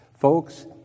Folks